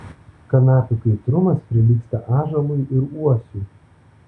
kanapių kaitrumas prilygsta ąžuolui ir uosiui